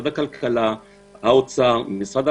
משרד הכלכלה,